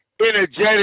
energetic